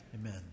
Amen